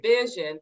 vision